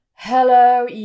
hello